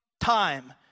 time